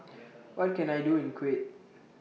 What Can I Do in Kuwait